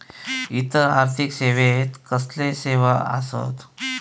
इतर आर्थिक सेवेत कसले सेवा आसत?